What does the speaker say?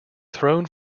thrown